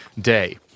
Day